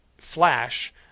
flash